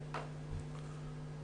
בבקשה.